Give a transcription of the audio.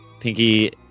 Pinky